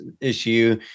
issue